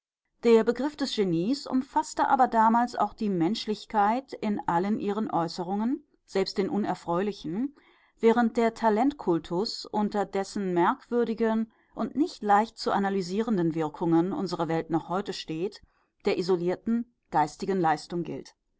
der begriff des genies umfaßte aber damals auch die menschlichkeit in allen ihren äußerungen selbst den unerfreulichen während der talentkultus unter dessen merkwürdigen und nicht leicht zu analysierenden wirkungen unsere welt noch heute steht der isolierten geistigen leistung gilt